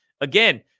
Again